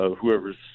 whoever's